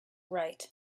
write